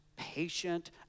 patient